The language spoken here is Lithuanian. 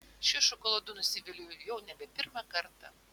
šiuo šokoladu nusiviliu jau nebe pirmą kartą